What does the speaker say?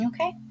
Okay